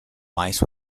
mice